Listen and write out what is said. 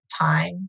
time